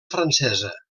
francesa